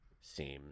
seems